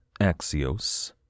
Axios